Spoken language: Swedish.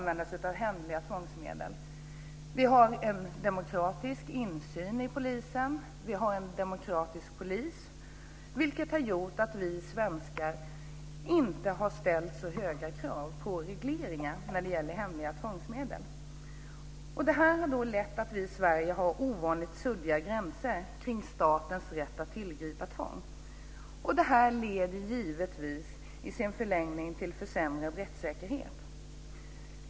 Vi har en demokratisk insyn i polisens verksamhet, vi har en demokratisk polis, vilket har gjort att vi svenskar inte har ställt så höga krav på regleringar när det gäller hemliga tvångsmedel. Det här har lett till att vi i Sverige har ovanligt suddiga gränser kring statens rätt att tillgripa tvång. Det leder givetvis i förlängningen till försämrad rättssäkerhet.